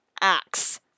Axe